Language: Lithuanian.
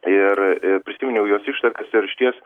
ir ir prisiminiau jos ištakas ir išties